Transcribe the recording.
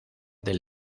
del